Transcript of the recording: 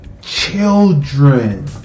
children